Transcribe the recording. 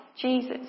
Jesus